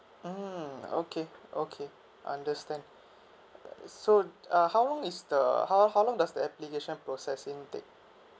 mmhmm okay okay understand so uh how long is the how how long does the application process may take